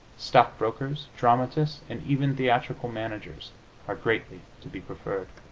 stock-brokers, dramatists and even theatrical managers are greatly to be preferred.